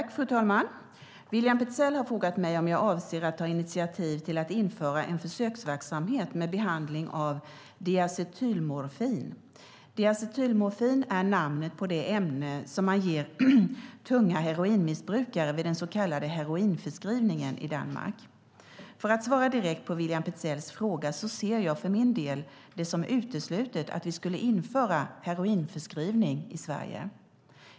Fru talman! William Petzäll har frågat mig om jag avser att ta initiativ till att införa en försöksverksamhet med behandling av diacetylmorfin. Diacetylmorfin är namnet på det ämne som man ger tunga heroinmissbrukare vid den så kallade heroinförskrivningen i Danmark. För att svara direkt på William Petzälls fråga ser jag för min del det som uteslutet att vi skulle införa heroinförskrivning i Sverige.